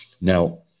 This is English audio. Now